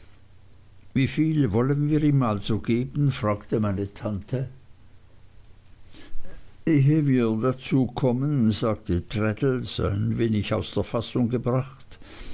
wieviel wollen wir ihm also geben fragte meine tante o ehe wir dazu kommen sagte traddles ein wenig aus der fassung gebracht